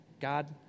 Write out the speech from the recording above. God